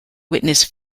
witness